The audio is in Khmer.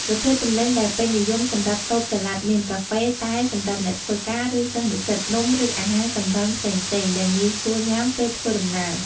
ប្រភេទទំនិញដែលពេញនិយមសម្រាប់តូបចល័តមាន កាហ្វេ តែ សម្រាប់អ្នកធ្វើការ ឬសិស្សនិស្សិត នំ ឬអាហារសម្រន់ផ្សេងៗ ដែលងាយស្រួលញ៉ាំពេលធ្វើដំណើរ។